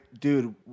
dude